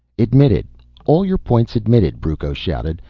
admitted all your points admitted, brucco shouted.